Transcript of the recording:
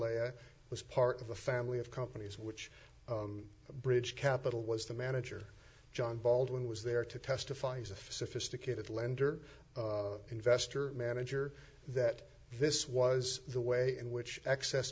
know was part of the family of companies which bridge capital was the manager john baldwin was there to testify sophisticated lender investor manager that this was the way in which excess